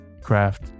craft